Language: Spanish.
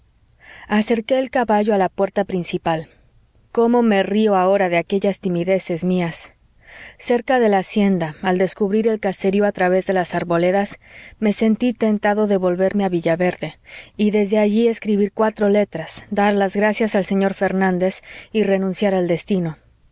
acerqué el caballo a la puerta principal cómo me río ahora de aquellas timideces mías cerca de la hacienda al descubrir el caserío a través de las arboledas me sentí tentado de volverme a villaverde y desde allí escribir cuatro letras dar las gracias al señor fernández y renunciar al destino